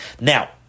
Now